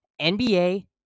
NBA